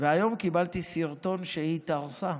היום קיבלתי סרטון שהיא התארסה.